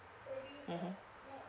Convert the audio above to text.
mmhmm